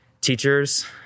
teachers